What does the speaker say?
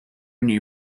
new